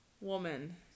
woman